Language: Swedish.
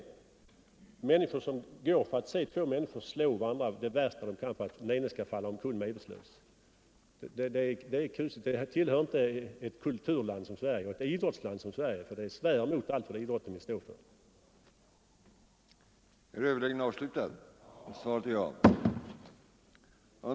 Att folk går för att se två människor 30 oktober 1974 slå på varandra det värsta de kan för att den ene skall falla omkull medvetslös, det anstår inte ett kulturland och idrottsland som Sverige, för det svär mot allt vad idrotten vill stå för. följande resultat: